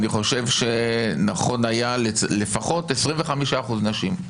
אני חושב שנכון היה לפחות 25% נשים,